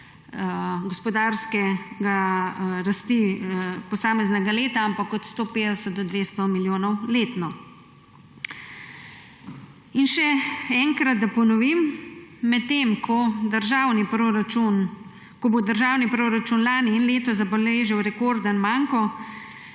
gospodarske rasti posameznega leta, ampak cirka od 150 do 200 milijonov letno. In še enkrat, da ponovim. Medtem ko bo državni proračun lani in letos zabeležil rekorden manko,